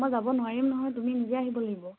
মই যাব নোৱাৰিম নহয় তুমি নিজে আহিব লাগিব